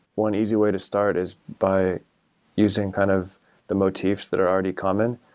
one easy way to start is by using kind of the motifs that are already common.